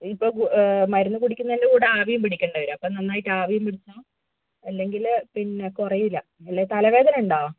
ഇപ്പോൾ ഗു മരുന്ന് കുടിക്കുന്നതിൻ്റെ കൂടെ ആവിയും പിടിക്കേണ്ടിവരും അപ്പോൾ നന്നായിട്ട് ആവിയും പിടിച്ചോ അല്ലെങ്കിൽ പിന്നേ കുറയൂല അല്ലെങ്കിൽ തലവേദനയുണ്ടോ